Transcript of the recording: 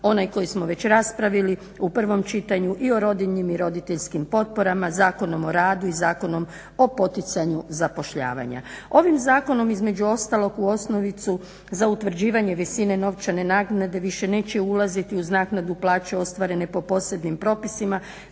onaj koji smo već raspravili u prvom čitanju i o rodiljnim i roditeljskim potporama, Zakonom o radu i Zakonom o poticanju zapošljavanja. Ovim zakonom između ostalog u osnovicu za utvrđivanje visine novčane naknade više neće ulaziti uz naknadu plaće ostvarene po posebnim propisima.